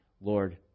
Lord